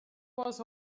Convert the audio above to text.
was